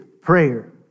prayer